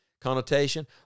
connotation